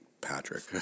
patrick